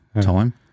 time